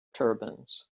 turbans